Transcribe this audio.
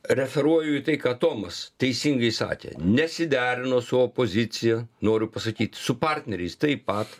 referuoju į tai ką tomas teisingai sakė nesiderino su opozicija noriu pasakyti su partneriais taip pat